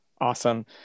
Awesome